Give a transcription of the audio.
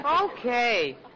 Okay